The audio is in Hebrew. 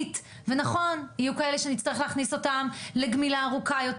ונכון שיהיו כאלה שנצטרך להכניס אותם לגמילה ארוכה יותר.